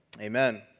amen